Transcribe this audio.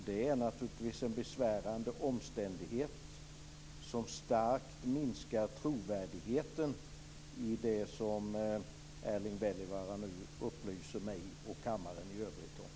Det är naturligtvis en besvärande omständighet som starkt minskar trovärdigheten i det som Erling Wälivaara nu upplyser mig och kammaren i övrigt om.